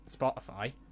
Spotify